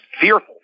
fearful